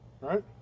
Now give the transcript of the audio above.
Right